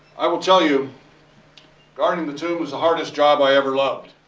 i will tell you guarding the tomb was the hardest job i ever loved.